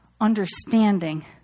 understanding